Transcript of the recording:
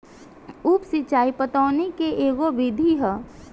उप सिचाई पटवनी के एगो विधि ह